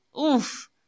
Oof